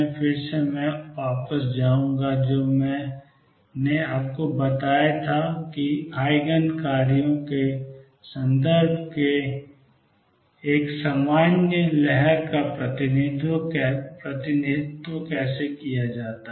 फिर से मैं उस पर वापस जाऊंगा जो मैंने आपको बताया था कि ईजिन कार्यों के संदर्भ में एक सामान्य लहर का प्रतिनिधित्व कैसे किया जाता है